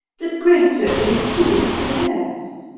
the greater includes the less.